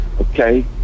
Okay